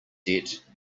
debt